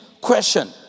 question